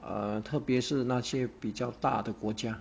err 特别是那些比较大的国家